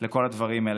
לכל הדברים האלה,